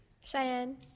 Cheyenne